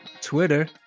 Twitter